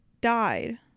died